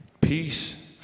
peace